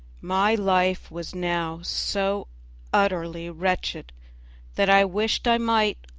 my life was now so utterly wretched that i wished i might,